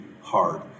hard